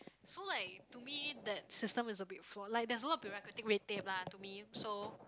so like to me that system is a bit flawed like there's a lot bureaucratic red tape lah to me so